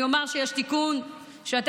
אני אומר שיש תיקון שאתה,